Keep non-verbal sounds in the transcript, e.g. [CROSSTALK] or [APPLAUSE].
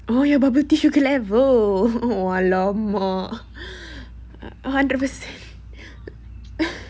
oh your bubble tea sugar level [LAUGHS] !alamak! [LAUGHS] hundred percent [LAUGHS]